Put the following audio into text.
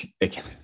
again